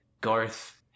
Garth